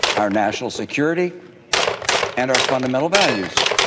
our national security and our fundamental values.